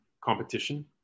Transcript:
competition